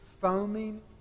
foaming